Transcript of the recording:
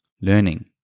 learning